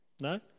No